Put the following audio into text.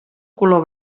color